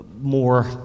more